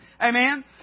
Amen